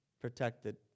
protected